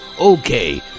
Okay